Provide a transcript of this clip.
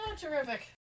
terrific